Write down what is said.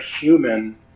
human